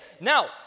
Now